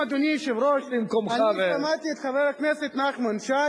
אדוני היושב-ראש, אני שמעתי את חבר הכנסת נחמן שי,